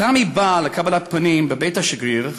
טמי באה לקבלת פנים בבית השגריר,